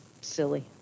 silly